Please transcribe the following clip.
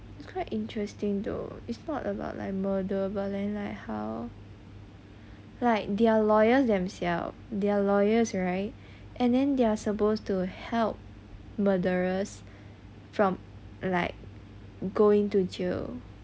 quite interesting though it's not about like murder but then like how like their lawyers themselves their lawyers right and then they're supposed to help murderers from like going to jail